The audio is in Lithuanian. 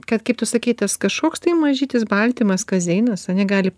kad kaip tu sakei tas kažkoks tai mažytis baltymas kazeinas ane gali